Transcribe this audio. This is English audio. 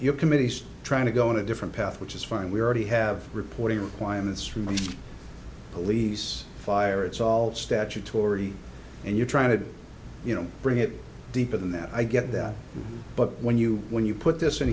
your committee trying to go on a different path which is fine we already have reporting requirements removed police fire it's all statutory and you're trying to you know bring it deeper than that i get that but when you when you put this